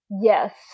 Yes